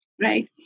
right